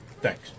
Thanks